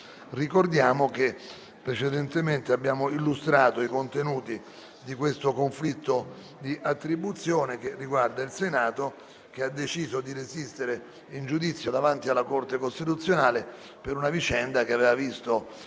Ricordiamo che precedentemente abbiamo illustrato i contenuti del conflitto di attribuzione che riguarda il Senato che ha deciso di resistere in giudizio davanti alla Corte costituzionale per una vicenda che aveva visto